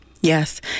Yes